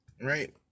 right